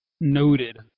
noted